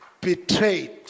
betrayed